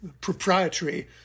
proprietary